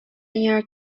near